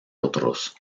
otros